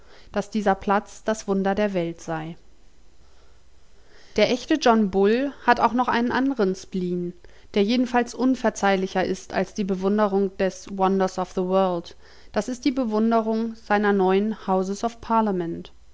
daß dieser platz das wunder der welt sei der echte john bull hat auch noch einen andren spleen der jedenfalls unverzeihlicher ist als die bewunderung des wonder's of the world das ist die bewunderung seiner neuen houses of